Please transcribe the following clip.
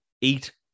eat